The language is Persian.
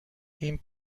این